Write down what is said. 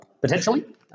potentially